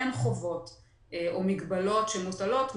אין חובות או מגבלות שמוטלות,